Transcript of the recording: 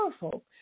powerful